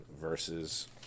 versus